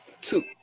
two